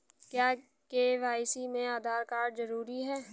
क्या के.वाई.सी में आधार कार्ड जरूरी है?